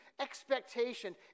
expectation